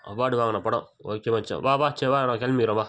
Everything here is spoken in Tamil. அவார்டு வாங்கின படம் ஓகே வா சரி வா வா சரி வா நான் கிளம்பிறேன் வா